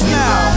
now